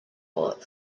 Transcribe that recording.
bullet